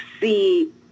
see